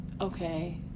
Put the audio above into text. Okay